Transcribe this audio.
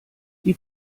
die